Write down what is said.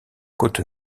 côte